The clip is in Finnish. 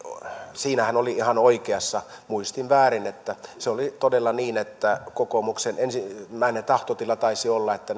siinä hän oli ihan oikeassa muistin väärin se oli todella niin että kokoomuksen ensimmäinen tahtotila taisi olla että